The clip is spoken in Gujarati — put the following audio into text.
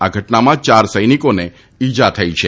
આ ઘટનામાં ચાર સૈનિકોને ઇજા થઇ છે